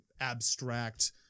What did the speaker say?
abstract